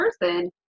person